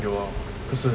有啊可是